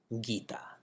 gita